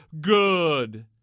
good